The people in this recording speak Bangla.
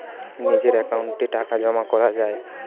নিজের অ্যাকাউন্টে টাকা জমা করা যায়